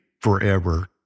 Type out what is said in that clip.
forever